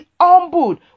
humbled